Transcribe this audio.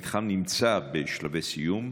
המתחם נמצא בשלבי סיום,